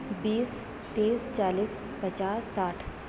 بیس تیس چالیس پچاس ساٹھ